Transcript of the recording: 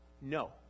No